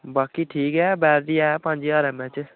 बाकी ठीक ऐ बैटरी ऐ पंज ज्हार एम एच